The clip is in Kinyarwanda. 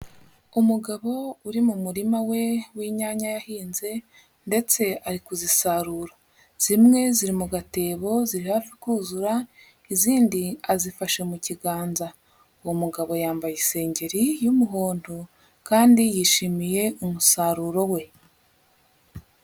Umugabo uri mu murima we w'inyanya yahinze ndetse ari kuzisarura, zimwe ziri mu gatebo ziri hafi kuzura, izindi azifashe mu kiganza, uwo mugabo yambaye isengeri y'umuhondo kandi yishimiye umusaruro we.